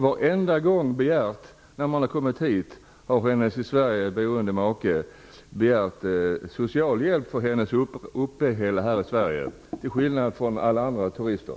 Varenda gång de kommit hit har den i Sverige boende maken begärt socialhjälp för hustruns uppehälle här i Sverige - detta till skillnad från hur det är för alla andra turister.